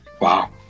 Wow